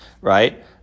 right